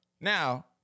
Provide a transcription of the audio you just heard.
Now